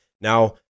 Now